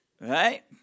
Right